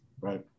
Right